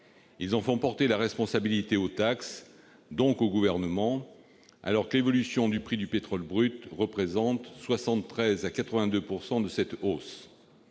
Ils en font porter la responsabilité aux taxes, donc au Gouvernement, alors que l'évolution du prix du pétrole brut représente 73 % à 82 % de cette hausse.